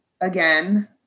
again